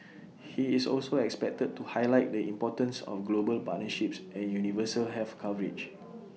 he is also expected to highlight the importance of global partnerships and universal health coverage